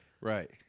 Right